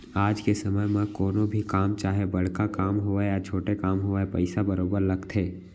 आज के समे म कोनो भी काम चाहे बड़का काम होवय या छोटे काम होवय पइसा बरोबर लगथे